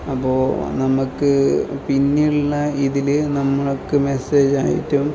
അപ്പോൾ നമുക്ക് പിന്നെയുള്ള ഇതിൽ നമുക്ക് മെസ്സേജായിട്ടും